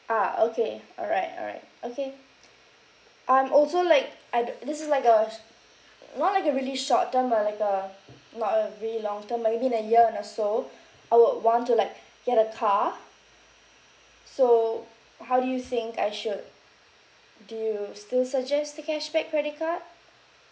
ah okay all right all right okay I'm also like uh d~ this is like a not like a really short term uh like uh not a really long term maybe in a year and or so I would want to like get a car so how do you think I should do you still suggest the cashback credit card